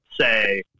say